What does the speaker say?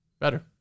Better